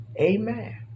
Amen